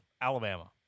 Alabama